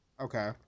okay